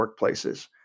workplaces